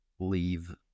leave